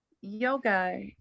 Yoga